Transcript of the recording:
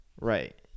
Right